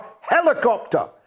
helicopter